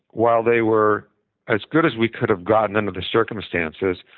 while they were as good as we could have gotten under the circumstances,